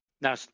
Now